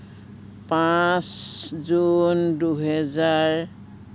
পাঁচ জুন দুহেজাৰ